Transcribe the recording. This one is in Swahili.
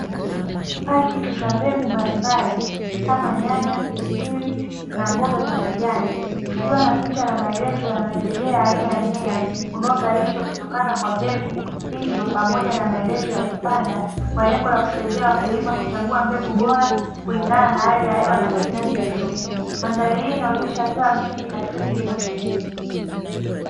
Pakiti za mbegu mbalimbali, kama; nyanya, pilipili na mboga za majani, zikiwa na picha za maelezo zinazoelezea mmea unaozalishwa kutokana na mbegu hizo, pamoja na maelezo ya kupanda kwa lengo la kusaidia wakulima kuchagua mbegu bora kulingana na hali ya hewa na mahitaji ya soko. Mandhari hii inaonyesha hatua ya msingi katka kilimo cha mbegu .